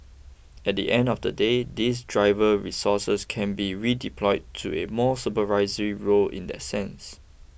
at the end of the day these driver resources can be redeployed to a more supervisory role in the sense